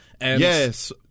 Yes